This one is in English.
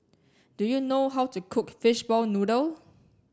do you know how to cook fishball noodle